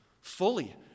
fully